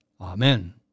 Amen